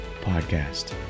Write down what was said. podcast